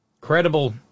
credible